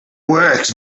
works